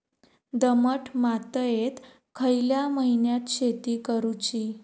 दमट मातयेत खयल्या महिन्यात शेती करुची?